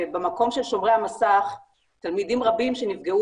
שבמקום של שומרי המסך תלמידים רבים שנפגעו